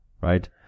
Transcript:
right